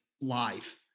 live